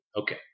Okay